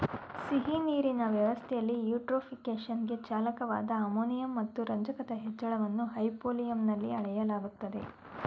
ಸಿಹಿನೀರಿನ ವ್ಯವಸ್ಥೆಲಿ ಯೂಟ್ರೋಫಿಕೇಶನ್ಗೆ ಚಾಲಕವಾದ ಅಮೋನಿಯಂ ಮತ್ತು ರಂಜಕದ ಹೆಚ್ಚಳವನ್ನು ಹೈಪೋಲಿಯಂನಲ್ಲಿ ಅಳೆಯಲಾಗ್ತದೆ